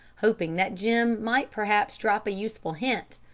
hoping that jim might perhaps drop a useful hint,